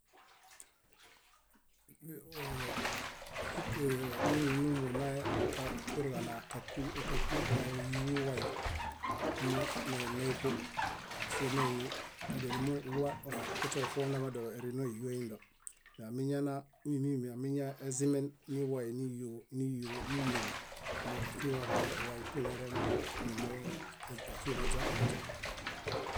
Mími numunae ka- purġana kúkulu káku- káyuġu wai mó né- néġo simeini adianumuini wwa oxxu kuśeġuxxuġunamedilo erino íhio eindo. Siamiñana mímimi amiñaezimen niwai níyuġu, níyuġu, níyuġu mó oxioñaḃa waitunerene numuu oxinoźon, niźon.